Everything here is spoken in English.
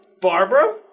Barbara